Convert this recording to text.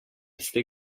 ste